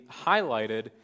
highlighted